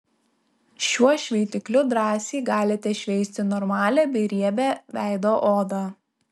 šiuo šveitikliu drąsiai galite šveisti normalią bei riebią veido odą